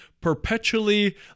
perpetually